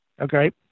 Okay